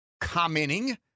commenting